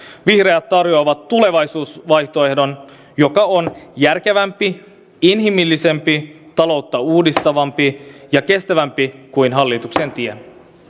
vihreät tarjoavat tulevaisuusvaihtoehdon joka on järkevämpi inhimillisempi taloutta uudistavampi ja kestävämpi kuin hallituksen tie